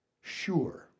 Sure